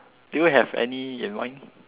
do you have any in mind